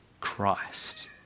Christ